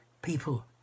people